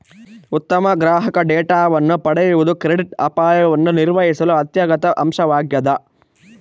ಉತ್ತಮ ಗ್ರಾಹಕ ಡೇಟಾವನ್ನು ಪಡೆಯುವುದು ಕ್ರೆಡಿಟ್ ಅಪಾಯವನ್ನು ನಿರ್ವಹಿಸಲು ಅತ್ಯಗತ್ಯ ಅಂಶವಾಗ್ಯದ